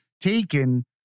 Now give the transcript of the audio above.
taken